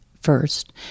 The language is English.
first